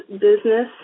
business